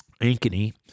Ankeny